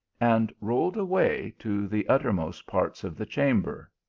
and rolled away to the uttermost parts of the chamber.